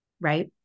right